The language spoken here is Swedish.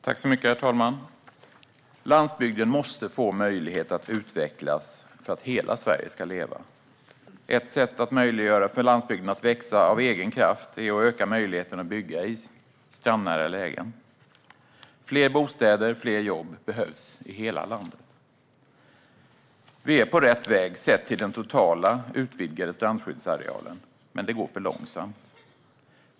Herr talman! Landsbygden måste få möjlighet att utvecklas för att hela Sverige ska leva. Ett sätt att möjliggöra för landsbygden att växa av egen kraft är att öka möjligheten att bygga i strandnära lägen. Fler bostäder och fler jobb behövs i hela landet. Vi är på rätt väg sett till den totala utvidgade strandskyddsarealen, men det går för långsamt.